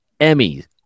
Emmys